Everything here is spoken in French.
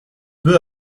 peu